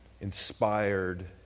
inspired